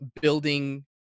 building